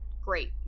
great